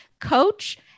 Coach